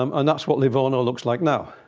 um and that's what livorno looks like now.